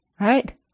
Right